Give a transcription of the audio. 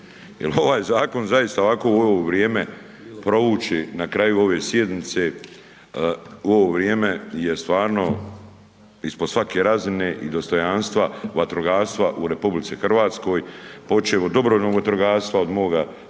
ovaj zakon zaista ovako u ovo vrijeme provući na kraju ove sjednice, u ovo vrijeme je stvarno ispod svake razine i dostojanstva vatrogastva u RH, počev od dobrovoljnog vatrogastva od moga